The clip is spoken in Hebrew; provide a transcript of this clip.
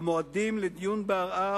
המועדים לדיון בערר,